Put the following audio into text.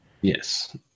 yes